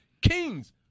kings